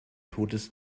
totes